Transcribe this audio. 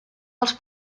els